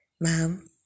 Mom